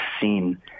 seen